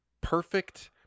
perfect